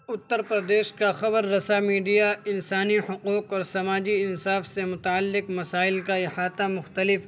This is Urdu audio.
اتّر پردیش کا خبر رساں میڈیا انسانی حقوق اور سماجی انصاف سے متعلق مسائل کا احاطہ مختلف